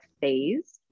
phase